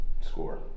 score